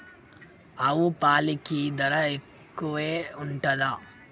ఆవు పాలకి ధర ఎక్కువే ఉంటదా?